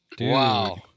Wow